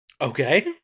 Okay